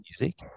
music